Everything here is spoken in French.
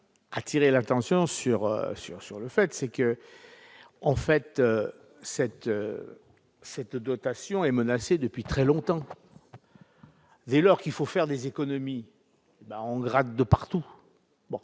attirer l'attention sur le fait suivant : cette dotation est menacée depuis très longtemps. Dès lors qu'il faut faire des économies, on gratte partout !